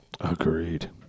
agreed